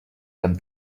them